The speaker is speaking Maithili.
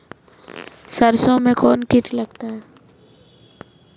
सरसों मे कौन कीट लगता हैं?